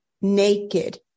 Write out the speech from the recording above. Naked